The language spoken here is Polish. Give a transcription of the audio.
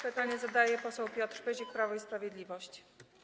Pytanie zadaje poseł Piotr Pyzik, Prawo i Sprawiedliwość.